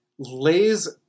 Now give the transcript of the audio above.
lays